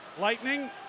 lightning